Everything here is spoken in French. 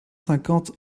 cinquante